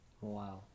Wow